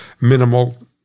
minimal